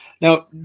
Now